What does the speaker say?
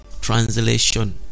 translation